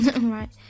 right